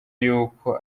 yuko